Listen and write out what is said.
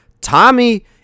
tommy